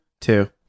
Two